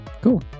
Cool